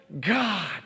God